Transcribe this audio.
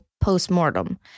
post-mortem